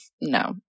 No